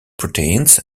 proteins